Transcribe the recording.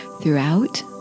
throughout